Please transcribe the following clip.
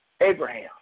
Abraham